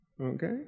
Okay